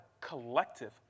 collective